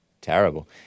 Terrible